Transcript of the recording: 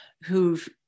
who've